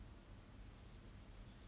ya if you don't get a job how you gonna feel